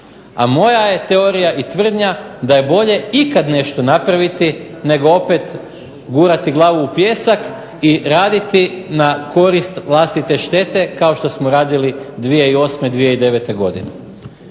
A moja je teorija i tvrdnja da je bolje ikad nešto napraviti nego opet gurati glavu u pijesak i raditi na korist vlastite štete kao što smo radili 2008., 2009. godine.